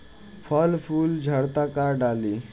फल फूल झड़ता का डाली?